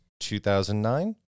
2009